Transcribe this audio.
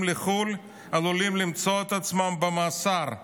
לחו"ל עלולים למצוא את עצמם במאסר,